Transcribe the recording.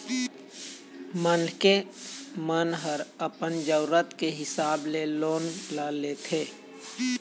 मनखे मन ह अपन जरुरत के हिसाब ले लोन ल लेथे